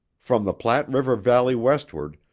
from the platte river valley westward,